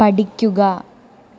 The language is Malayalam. പഠിക്കുക